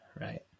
right